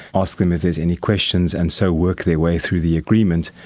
ask them if there's any questions and so work their way through the agreement.